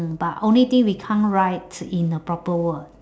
mm but only thing we can't write in a proper word